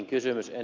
ensinnäkin ed